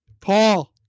Paul